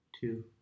Two